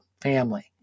family